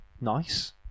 nice